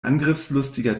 angriffslustiger